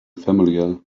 familiar